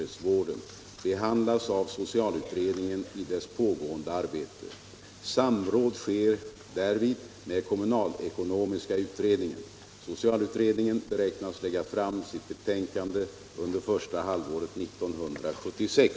Är statsrådet beredd medverka till att statsbidragen till kommunernas nykterhetsvård, i enlighet med gjorda utfästelser, i fortsättningen kan utgå med de 75 96 som anges i statsbidragskungörelsen?